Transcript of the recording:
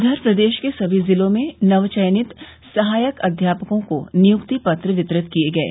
उधर प्रदेश के सभी जिलों में नवचयनित सहायक अध्यापकों को नियुक्ति पत्र वितरित किये गये